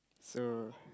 so